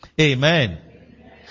Amen